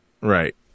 Right